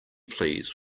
please